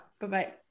Bye-bye